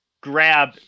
grab